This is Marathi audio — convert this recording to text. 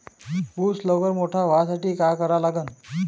ऊस लवकर मोठा व्हासाठी का करा लागन?